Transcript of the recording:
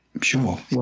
Sure